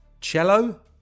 Cello